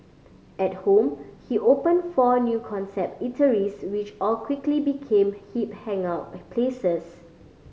at home he opened four new concept eateries which all quickly became hip hangout places